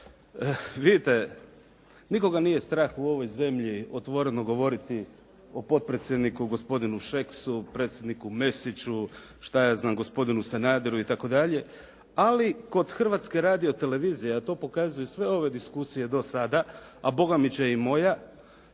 Vidite nikoga nije strah u ovoj zemlji otvoreno govoriti o potpredsjedniku gospodinu Šeksu, predsjedniku Mesiću, šta ja znam , gospodinu Sanaderu itd., ali kod Hrvatske radiotelevizije, a to pokazuju i sve ove diskusije do sada, a Bogami će i moja,